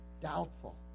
doubtful